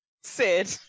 Sid